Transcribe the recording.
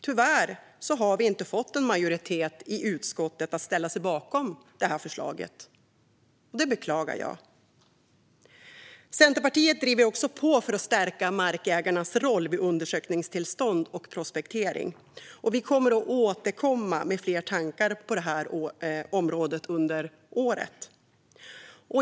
Tyvärr har vi inte fått en majoritet i utskottet att ställa sig bakom det här förslaget. Det beklagar jag. Centerpartiet driver också på för att stärka markägarnas roll vid undersökningstillstånd och prospektering. Vi kommer att återkomma med fler tankar på detta område under året.